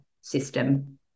system